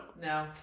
No